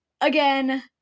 again